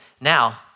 now